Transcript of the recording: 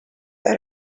that